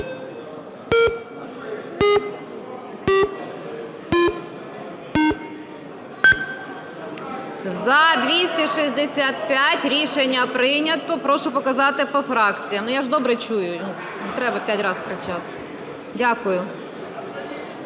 За-265 Рішення прийнято. Прошу показати по фракціях. Я ж добре чую, не треба п'ять раз кричати. Дякую.